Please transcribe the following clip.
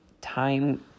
time